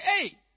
hey